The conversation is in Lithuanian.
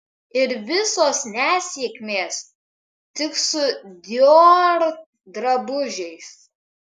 ir visos nesėkmės tik su dior drabužiais